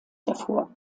hervor